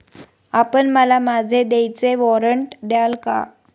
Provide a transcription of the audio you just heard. आपण मला माझे देयचे वॉरंट द्याल का?